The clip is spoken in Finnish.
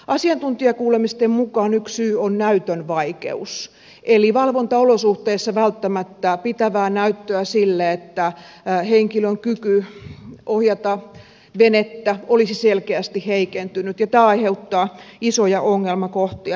asiantuntijakuulemisten mukaan yksi syy on näytön vaikeus eli valvontaolosuhteissa ei välttämättä saada pitävää näyttöä siitä että henkilön kyky ohjata venettä olisi selkeästi heikentynyt ja tämä aiheuttaa isoja ongelmakohtia